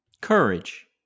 courage